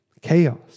chaos